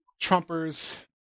Trumpers